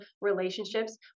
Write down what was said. relationships